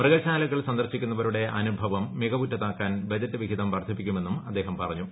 മൃഗശാലകൾ സന്ദർശിക്കുന്നവരുടെ അനുഭവും ്മിൿവ്ുറ്റതാക്കാൻ ബജറ്റ് വിഹിതം വർധിപ്പിക്കുമെന്നുംഅ്ദ്ദേഹം പറഞ്ഞു